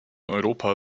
europa